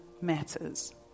matters